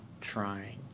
trying